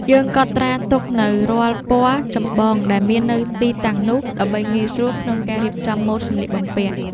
យើងកត់ត្រាទុកនូវរាល់ពណ៌ចម្បងដែលមាននៅទីតាំងនោះ ដើម្បីងាយស្រួលក្នុងការរៀបចំម៉ូដសម្លៀកបំពាក់។